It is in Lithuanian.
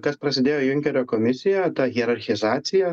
kas prasidėjo junkerio komisijo ta hierarchija